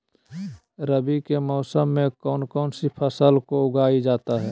रवि के मौसम में कौन कौन सी फसल को उगाई जाता है?